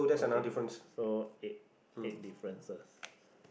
okay so eight eight differences